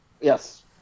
Yes